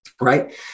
right